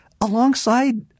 alongside